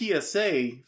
PSA